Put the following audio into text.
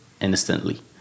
instantly